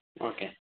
okay